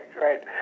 Right